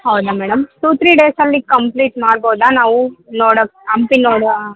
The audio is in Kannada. ಹೌದಾ ಮೇಡಮ್ ಟೂ ತ್ರೀ ಡೇಸಲ್ಲಿ ಕಂಪ್ಲೀಟ್ ಮಾಡ್ಬೌದಾ ನಾವು ನೋಡಕ್ಕೆ ಹಂಪಿ ನೋಡಿ